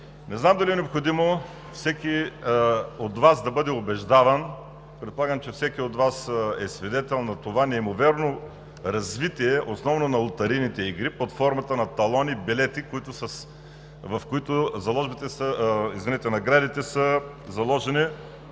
Не знам дали е необходимо всеки от Вас да бъде убеждаван, предполагам, че всеки от Вас е свидетел на това неимоверно развитие основно на лотарийните игри под формата на талони, билети, в които наградите са заложени